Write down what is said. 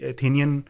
Athenian